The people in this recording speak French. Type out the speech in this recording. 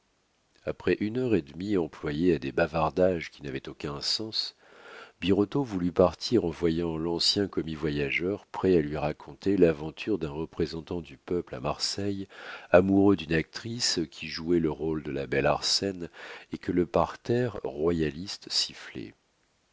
après une heure et demie employée à des bavardages qui n'avaient aucun sens birotteau voulut partir en voyant l'ancien commis-voyageur prêt à lui raconter l'aventure d'un représentant du peuple à marseille amoureux d'une actrice qui jouait le rôle de la belle arsène et que le parterre royaliste sifflait